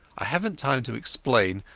ai havenat time to explain,